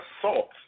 assault